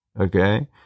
okay